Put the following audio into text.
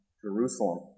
Jerusalem